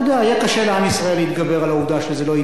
יהיה קשה לעם ישראל להתגבר על העובדה שזה לא יידון,